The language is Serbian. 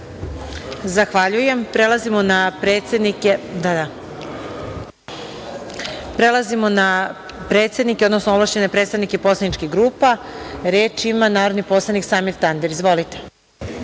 Zahvaljujem. Prelazimo na predsednike, odnosno ovlašćene predstavnike poslaničkih grupa. Reč ima narodni poslanik Samir Tandir. Izvolite.